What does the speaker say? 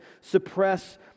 suppress